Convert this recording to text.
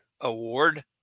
Award